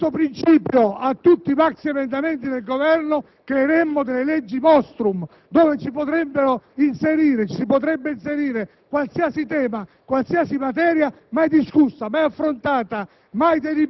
questo principio a tutti i maxiemendamenti del Governo creeremmo delle leggi *monstrum* dove si potrebbe inserire qualsiasi tema e qualsiasi materia mai discussa, mai affrontata